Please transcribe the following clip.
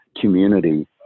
community